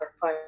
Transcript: five